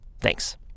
thanks